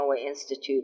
Institute